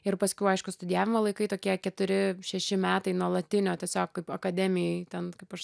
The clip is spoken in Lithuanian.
ir paskiau aišku studijavimo laikai tokie keturi šeši metai nuolatinio tiesiog kaip akademijoj ten kaip aš